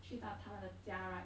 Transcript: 去到他们的家 right